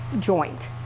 joint